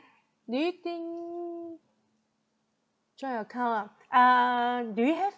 do you think joint account lah uh do you have